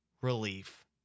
Relief